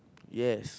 yes